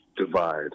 divide